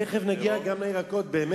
תיכף נגיע גם לירקות, באמת.